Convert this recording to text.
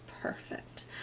perfect